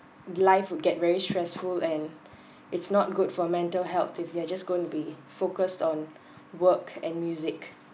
life would get very stressful and it's not good for mental health if they're just going to be focused on work and music